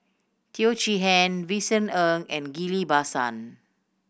Teo Chee Hean Vincent Ng and Ghillie Basan